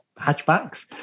hatchbacks